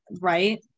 right